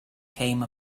came